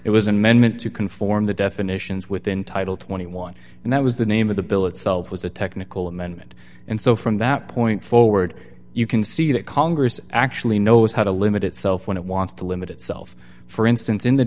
amendment to conform the definitions within title twenty one dollars and that was the name of the bill itself was a technical amendment and so from that point forward you can see that congress actually knows how to limit itself when it wants to limit itself for instance in the